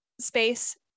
space